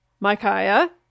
Micaiah